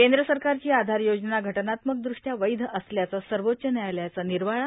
केंद्र सरकारची आधार योजना घटनात्मक द्रष्ट्या वैध असल्याचा सर्वोच्च न्यायालयाचा निर्वाळा